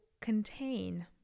contain